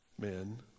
men